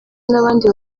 n’abandi